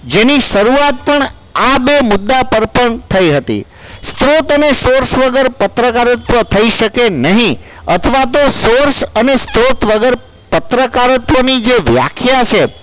જેની શરૂઆત પણ આ બે મુદ્દા પર પણ થઈ હતી સ્ત્રોત અને સોર્સ વગર પત્રકારત્વ થઈ શકે નહીં અથવા તો સોર્સ અને સ્ત્રોત વગર પત્રકારત્વની જે વ્યાખ્યા છે